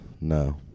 No